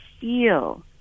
feel